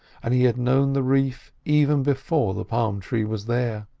and he had known the reef even before the palm tree was there.